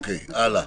הלאה.